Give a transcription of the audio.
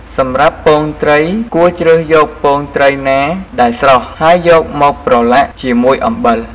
សម្រាប់ពងត្រី គួរជ្រើសយកពងត្រីណាដែលស្រស់ ហើយយកមកប្រឡាក់ជាមួយអំបិល។